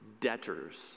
debtors